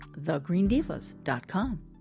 thegreendivas.com